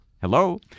hello